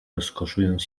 rozkoszując